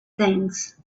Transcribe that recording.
things